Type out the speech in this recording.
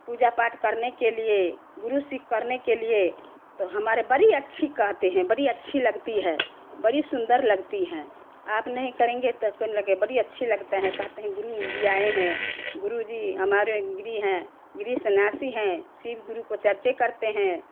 पूजा पाठ करने के लिए गुरु शिव करने के लिए तो हमारे बड़ी अच्छी कहते हैं बड़ी अच्छी लगती है बड़ी सुंदर लगती है आप नहीं करेंगे तो कहने लगे बड़ी लगते हैं कहते हैं गुरुजी आए हैं गुरुजी हमारे गिरी हैं गिरी संन्यासी है शिव गुरु की चर्चा करते हैं